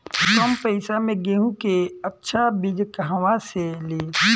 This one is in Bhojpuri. कम पैसा में गेहूं के अच्छा बिज कहवा से ली?